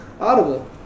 Audible